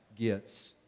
gifts